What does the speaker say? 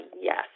Yes